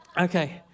Okay